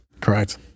correct